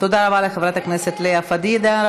תודה לחברת הכנסת לאה פדידה.